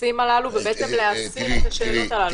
הטפסים האלה ובעצם להסיר את השאלות הללו.